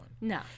No